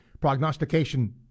Prognostication